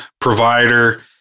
provider